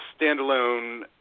standalone